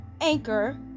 anchor